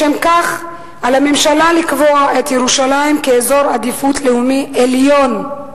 לשם כך על הממשלה לקבוע את ירושלים כאזור עדיפות לאומית עליונה,